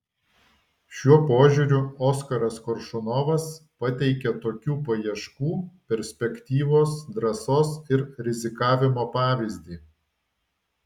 šiuo požiūriu oskaras koršunovas pateikia tokių paieškų perspektyvos drąsos ir rizikavimo pavyzdį